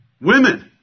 Women